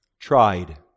tried